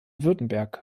württemberg